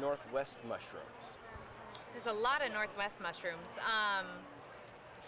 northwest mushrooms there's a lot of northwest mushrooms